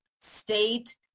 state